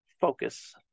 focus